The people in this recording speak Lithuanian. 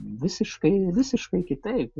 visiškai visiškai kitaip